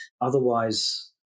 otherwise